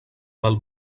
del